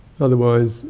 Otherwise